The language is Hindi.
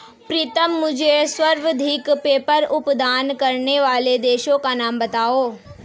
प्रीतम मुझे सर्वाधिक पेपर उत्पादन करने वाले देशों का नाम बताओ?